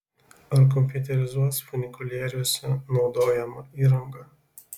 ar kompiuterizuos funikulieriuose naudojamą įrangą